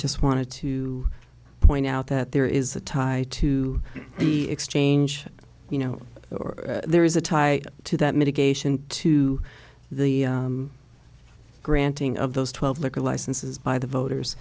just wanted to point out that there is a tie to the exchange you know or there is a tie to that mitigation to the granting of those twelve liquor licenses by the